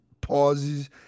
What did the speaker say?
pauses